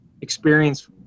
experience